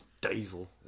diesel